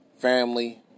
family